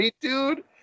dude